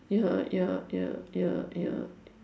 ya ya ya ya ya